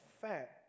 fat